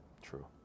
True